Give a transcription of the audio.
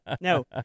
No